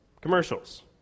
Commercials